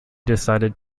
decided